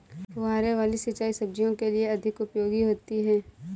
फुहारे वाली सिंचाई सब्जियों के लिए अधिक उपयोगी होती है?